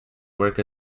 work